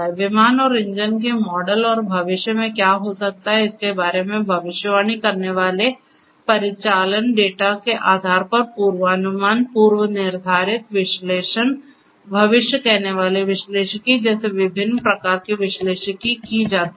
विमान और इंजन के मॉडल और भविष्य में क्या हो सकता है इसके बारे में भविष्यवाणी करने वाले परिचालन डेटा के आधार पर पूर्वानुमान पूर्व निर्धारित विश्लेषण भविष्य कहनेवाला विश्लेषिकी जैसे विभिन्न प्रकार के विश्लेषिकी की जाती है